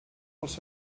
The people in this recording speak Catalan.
els